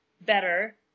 better